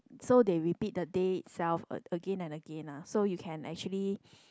so they repeat the day itself a again and again ah so you can actually